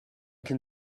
can